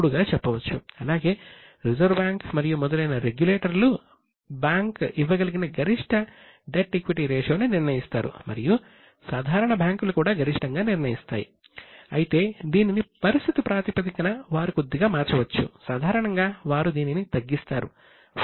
5 లక్షలు ఇస్తారు మరియు యజమాని 2